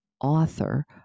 author